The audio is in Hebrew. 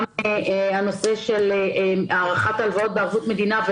הנושא של הארכת הלוואות בערבות מדינה,